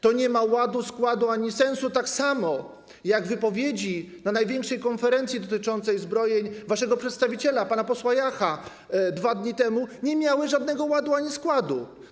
To nie ma ładu, składu ani sensu, tak samo jak wypowiedzi na największej konferencji dotyczącej zbrojeń waszego przedstawiciela, pana posła Jacha, 2 dni temu nie miały żadnego ładu ani składu.